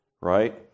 right